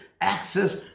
access